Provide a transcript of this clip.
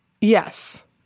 Yes